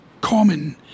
common